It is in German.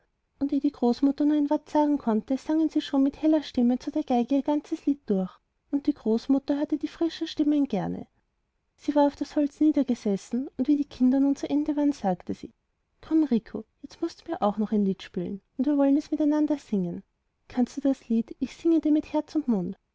und eh die großmutter nur ein wort sagen konnte sangen sie schon mit heller stimme zu der geige ihr ganzes lied durch und die großmutter hörte die frischen stimmen gerne sie war auf das holz niedergesessen und wie die kinder nun zu ende waren sagte sie komm rico jetzt mußt du mir auch noch ein lied spielen und wir wollen es miteinander singen kannst du das lied ich singe dir mit herz und